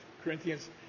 Corinthians